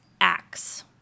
ACTS